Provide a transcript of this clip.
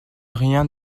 rien